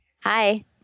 Hi